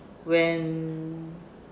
when